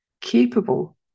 capable